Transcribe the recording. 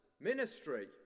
ministry